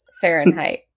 Fahrenheit